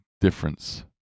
difference